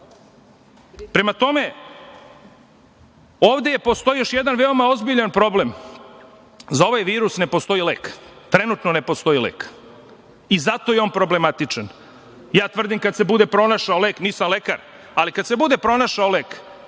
tome, ovde postoji još jedan veoma ozbiljan problem. Za ovaj virus ne postoji lek, trenutno ne postoji lek i zato je on problematičan. Tvrdim kad se bude pronašao lek, nisam lekar, ali kad se bude pronašao lek,